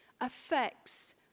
affects